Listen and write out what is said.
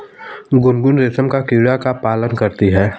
गुनगुन रेशम का कीड़ा का पालन करती है